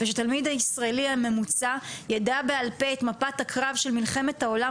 ושהתלמיד הישראלי הממוצע ידע בעל-פה את מפת הקרב של מלחמת העולם